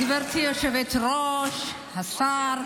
גברתי היושבת-ראש, השר,